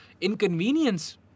inconvenience